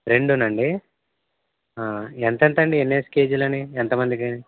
రెండు నా అండి ఎంతెంత అండి ఎన్నేసి కేజీలని ఎంత మందికి